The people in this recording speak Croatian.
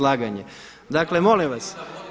Dakle, molim vas.